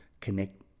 connect